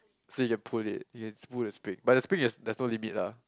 so you pull it you can pull the speed but the speed has does not limit lah